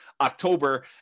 October